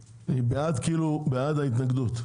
סעיף 6 להצעת החוק.